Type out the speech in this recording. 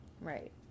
Right